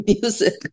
music